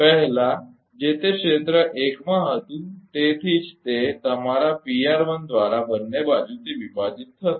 પહેલા જે તે ક્ષેત્ર 1 માં હતું તેથી જ તે તમારા દ્વારા બંને બાજુથી વિભાજિત થશે